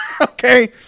Okay